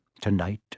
tonight